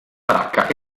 baracca